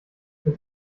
mit